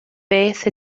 beth